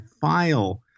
file